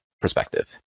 perspective